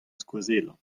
skoazellañ